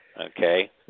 Okay